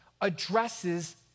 addresses